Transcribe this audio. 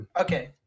Okay